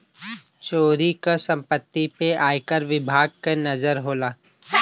चोरी क सम्पति पे आयकर विभाग के नजर होला